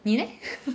你 leh